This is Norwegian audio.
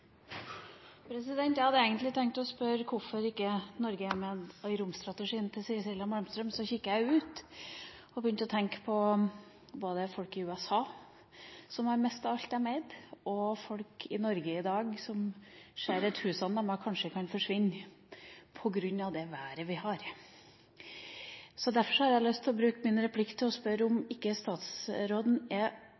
Så kikket jeg ut og begynte å tenke på folk i USA som har mistet alt de eide, og på folk i Norge i dag som ser at husene deres kanskje kan forsvinne – på grunn av det været vi har. Derfor har jeg lyst til å bruke min replikk til å spørre om